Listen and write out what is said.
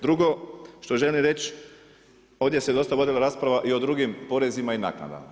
Drugo što želim reć, ovdje se dosta vodila rasprava i o drugim porezima i naknadama.